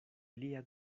lia